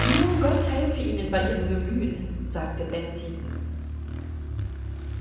nun gott helfe ihnen bei ihrem bemühen sagte betsy